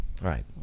Right